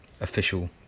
official